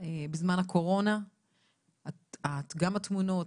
בזמן הקורונה גם התמונות,